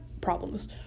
problems